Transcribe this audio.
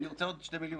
אני רוצה עוד שתי מילים.